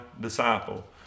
disciple